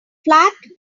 flat